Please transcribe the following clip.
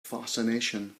fascination